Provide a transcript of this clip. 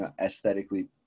aesthetically